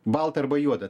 balta arba juoda